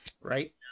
Right